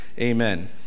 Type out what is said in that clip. Amen